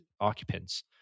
occupants